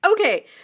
Okay